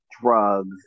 drugs